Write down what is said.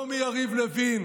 לא מיריב לוין